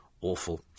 Awful